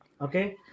Okay